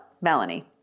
Melanie